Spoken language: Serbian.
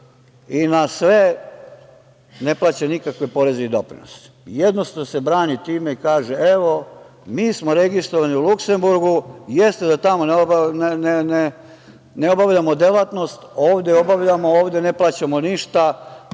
i na sve, ne plaća nikakve poreze i doprinose. Jedino što se brani time i kaže – evo, mi smo registrovani u Luksemburgu, jeste da tamo ne obavljamo delatnost, ovde obavljamo, ovde ne plaćamo ništa,